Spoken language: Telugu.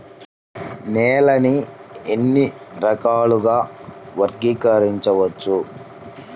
నేలని ఎన్ని రకాలుగా వర్గీకరించవచ్చు?